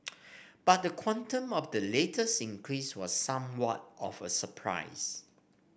but the quantum of the latest increase was somewhat of a surprise